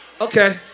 Okay